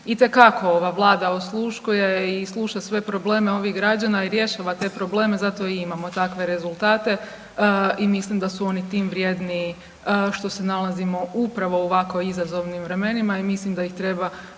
itekako ova vlada osluškuje i sluša sve probleme ovih građana i rješava te probleme zato i imamo takve rezultate i mislim da su oni tim vrjedniji što se nalazimo upravo u ovako izazovnim vremenima i mislim da ih treba